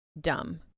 dumb